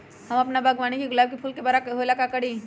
हम अपना बागवानी के गुलाब के फूल बारा होय ला का करी?